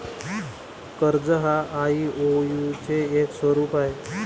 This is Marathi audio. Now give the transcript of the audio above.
कर्ज हा आई.ओ.यु चे एक स्वरूप आहे